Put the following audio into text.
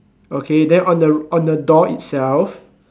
okay then on the on the door itself